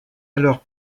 alors